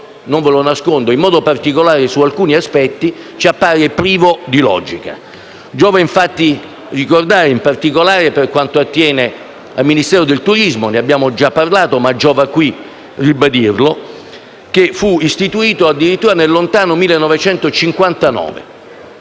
non lo nascondo - in modo particolare su alcuni aspetti ci appare privo di logica. Giova ricordare, in particolare per quanto attiene al Ministero del turismo - ne abbiamo già parlato, ma giova qui ribadirlo - che fu istituito addirittura nel lontano 1959